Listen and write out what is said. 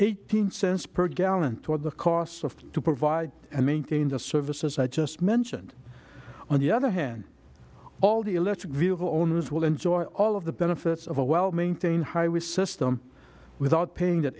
eighteen cents per gallon toward the costs of to provide and maintain the services i just mentioned on the other hand all the electric vehicle owners will enjoy all of the benefits of a well maintained highway system without paying that